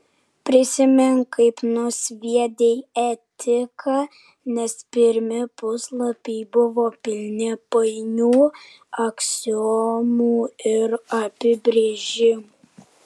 prisimink kaip nusviedei etiką nes pirmi puslapiai buvo pilni painių aksiomų ir apibrėžimų